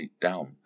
down